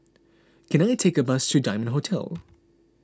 can I take a bus to Diamond Hotel